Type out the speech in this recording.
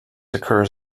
occurs